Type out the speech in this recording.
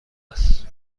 است